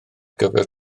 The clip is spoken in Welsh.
gyfer